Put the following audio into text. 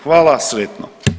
Hvala, sretno.